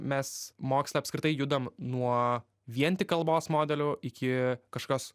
mes moksle apskritai judam nuo vien tik kalbos modelių iki kažkokios